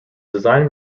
design